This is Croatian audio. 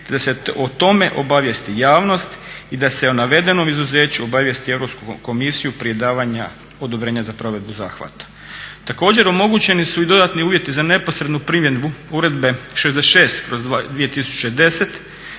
da se o tome obavijesti javnost i da se o navedenom izuzeću obavijesti Europsku komisiju prije davanja odobrenja za provedbu zahvata. Također omogućeni su i dodatni uvjeti za neposrednu primjenu Uredbe 66/2010